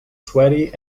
sweaty